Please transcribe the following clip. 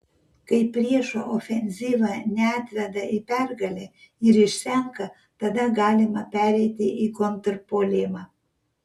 kai priešo ofenzyva neatveda į pergalę ir išsenka tada galima pereiti į kontrpuolimą